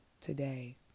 today